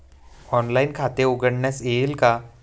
Online खाते उघडता येईल का?